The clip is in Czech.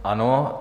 Ano.